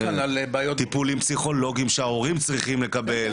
טיפולים פסיכולוגיים שההורים צריכים לקבל